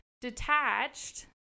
detached